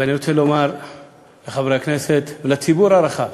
אני רוצה לומר לחברי הכנסת ולציבור הרחב: